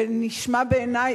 ונשמע בעיני,